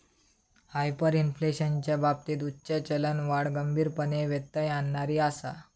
हायपरइन्फ्लेशनच्या बाबतीत उच्च चलनवाढ गंभीरपणे व्यत्यय आणणारी आसा